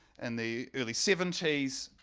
and the early seventies